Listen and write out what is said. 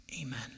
Amen